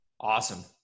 awesome